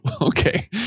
okay